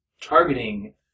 targeting